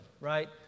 right